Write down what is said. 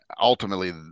ultimately